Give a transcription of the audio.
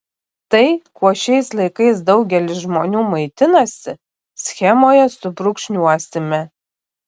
tai kuo šiais laikais daugelis žmonių maitinasi schemoje subrūkšniuosime